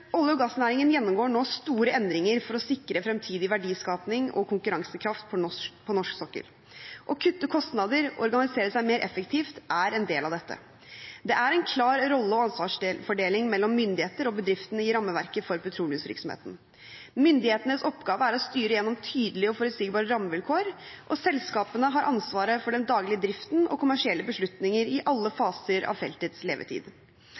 Olje- og gassnæringen gjennomgår nå store endringer for å sikre fremtidig verdiskaping og konkurransekraft på norsk sokkel. Å kutte kostnader og organisere seg mer effektivt er en del av dette. Det er en klar rolle- og ansvarsfordeling mellom myndigheter og bedriftene i rammeverket for petroleumsvirksomheten. Myndighetenes oppgave er å styre gjennom tydelige og forutsigbare rammevilkår, og selskapene har ansvaret for den daglige driften og kommersielle beslutninger i alle faser av feltets levetid.